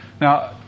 Now